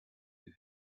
you